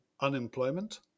unemployment